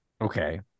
Okay